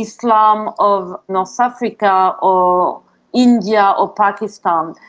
islam of north africa or india or pakistan,